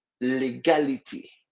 legality